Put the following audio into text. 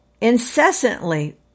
incessantly